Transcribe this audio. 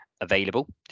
available